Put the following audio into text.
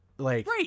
Right